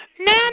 no